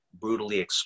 brutally